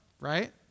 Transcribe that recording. right